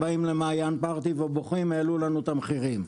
באים למעיין פרתי ובוכים: "העלו לנו את המחירים".